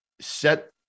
set